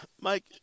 Mike